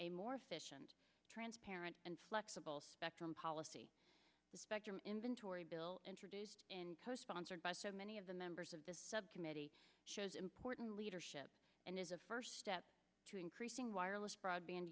a more efficient transparent and flexible spectrum policy the spectrum inventory bill introduced in co sponsored by so many of the members of this subcommittee shows important leadership and is a first step to increasing wireless broadband